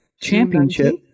championship